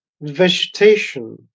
vegetation